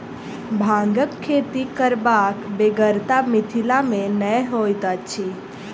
भांगक खेती करबाक बेगरता मिथिला मे नै होइत अछि